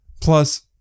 plus